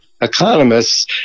economists